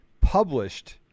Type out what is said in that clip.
published